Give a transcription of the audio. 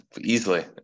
easily